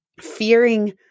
fearing